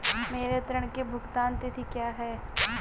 मेरे ऋण की भुगतान तिथि क्या है?